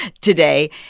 today